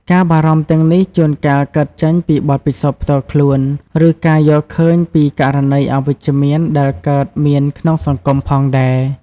ការបារម្ភទាំងនេះជួនកាលកើតចេញពីបទពិសោធន៍ផ្ទាល់ខ្លួន ឬការយល់ឃើញពីករណីអវិជ្ជមានដែលកើតមានក្នុងសង្គមផងដែរ ។